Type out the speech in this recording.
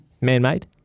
Man-made